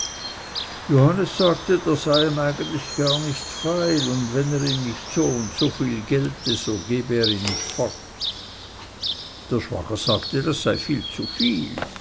johannes sagte der sei ihm eigentlich gar nicht feil und wenn er ihm nicht so und so viel gelte so gebe er ihn nicht fort der schwager sagte das sei viel zu viel